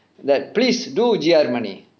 that please do G_R money